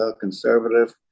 conservative